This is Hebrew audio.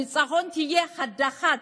הניצחון יהיה הדחת